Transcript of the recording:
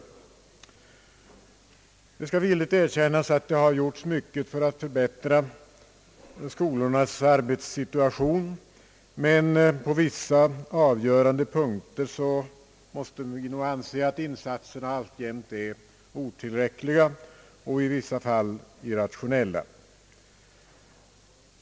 Det skall villigt erkännas att mycket har gjorts för att förbättra skolornas arbetssituation, men på vissa avgörande punkter måste vi nog anse att insatserna alltjämt är otillräckliga och i vissa fall irrationella.